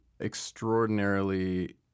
extraordinarily